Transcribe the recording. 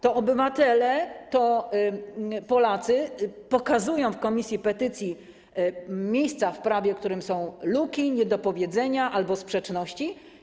To obywatele, to Polacy pokazują komisji petycji miejsca w prawie, w których są luki, niedopowiedzenia albo sprzeczności.